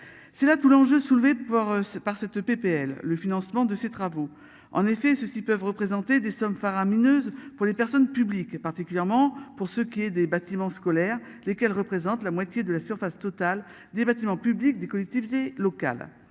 C'est là tout l'enjeu soulevé pour. C'est par cette PPL, le financement de ces travaux. En effet, ceux-ci peuvent représenter des sommes faramineuses pour les personnes publiques et particulièrement pour ce qui est des bâtiments scolaires, lesquels représentent la moitié de la surface totale des bâtiments publics, des collectivités locales.